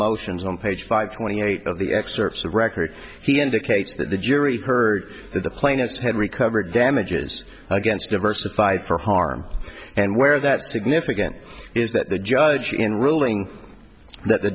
motions on page five twenty eight of the excerpts of record he indicates that the jury heard that the plaintiffs had recover damages against diversified for harm and where that significant is that the judge in ruling that the